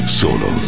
solo